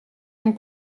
and